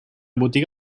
botiga